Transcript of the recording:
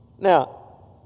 Now